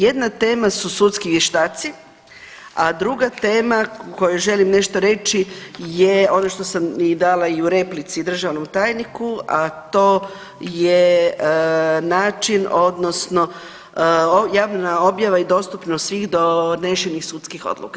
Jedna tema su sudski vještaci, a druga tema o kojoj želim nešto reći je ono što sam i dala i u replici državnom tajniku, a to je način odnosno javna objava i dostupnost svih donešenih sudskih odluka.